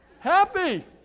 Happy